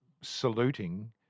saluting